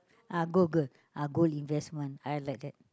ah gold girl ah good investment I like that